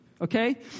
Okay